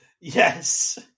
Yes